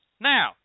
now